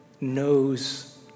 knows